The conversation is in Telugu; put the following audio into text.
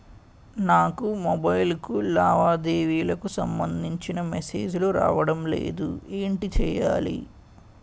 నాకు మొబైల్ కు లావాదేవీలకు సంబందించిన మేసేజిలు రావడం లేదు ఏంటి చేయాలి?